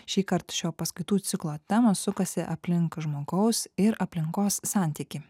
šįkart šio paskaitų ciklo temos sukasi aplink žmogaus ir aplinkos santykį